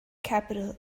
capital